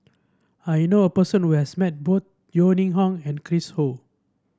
I know a person who has met both Yeo Ning Hong and Chris Ho